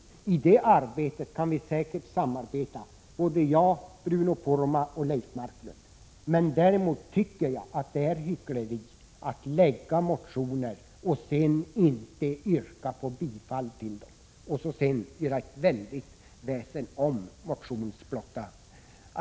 I fråga om det arbetet kan säkert jag, Bruno Poromaa och Leif Marklund samarbeta. Däremot tycker jag, som sagt, att det är hyckleri att väcka motioner, som man inte yrkar bifall till men som man sedan gör ett fasligt väsen av.